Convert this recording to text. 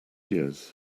years